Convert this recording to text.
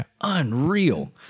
unreal